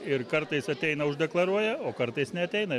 ir kartais ateina uždeklaruoja o kartais neateina